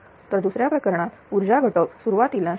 तर दुसऱ्या प्रकरणात ऊर्जा घटक सुरवातीला 0